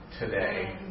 today